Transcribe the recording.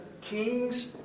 kings